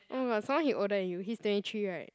oh but some more he older than you he's twenty three [right]